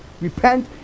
Repent